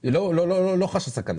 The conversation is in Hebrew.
היא לא חשה סכנה